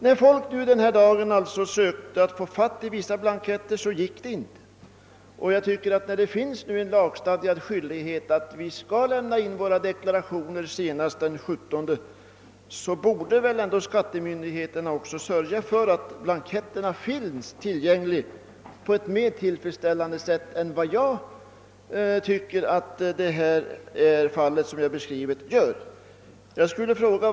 När jag den aktuella dagen försökte få fatt i vissa blanketter gick det alltså inte. Jag tycker att när det finns en lagstadgad skyldighet att vi skall lämna in våra deklarationer en viss dag — i år blev det den 17 februari — borde skattemyndigheterna ändå sörja för att blanketterna hålls tillgängliga på ett mer tillfredsställande sätt än vad de av mig anförda exemplen visar.